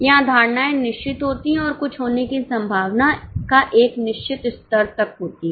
यहां धारणाएं निश्चितहोती हैं और कुछ होने की संभावना का एक निश्चित स्तर तक होती है